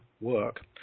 work